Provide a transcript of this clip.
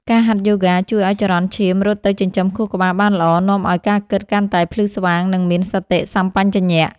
ការហាត់យូហ្គាជួយឱ្យចរន្តឈាមរត់ទៅចិញ្ចឹមខួរក្បាលបានល្អ នាំឱ្យការគិតកាន់តែភ្លឺស្វាង និងមានសតិសម្បជញ្ញៈ។